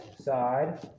side